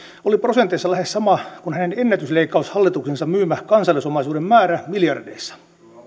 oli prosenteissa lähes sama kuin hänen ennätysleikkaushallituksensa myymä kansallisomaisuuden määrä miljardeissa